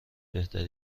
بهتره